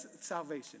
salvation